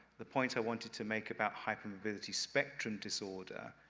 the point i wanted to make about hypermobility spectrum disorder,